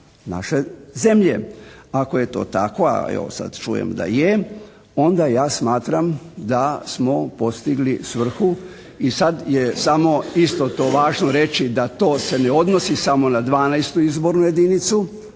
naše zemlje. Ako je to tako, a evo sad čujem da je, onda ja smatram da smo postigli svrhu. I sad je samo isto to važno reći da to se ne odnosi samo na 12. izbornu jedinicu,